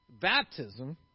Baptism